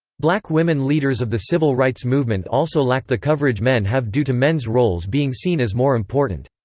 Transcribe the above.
black women leaders of the civil rights movement also lack the coverage men have due to men's roles being seen as more important.